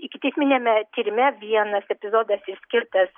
ikiteisminiame tyrime vienas epizodas išskirtas